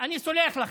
אני סולח לכם,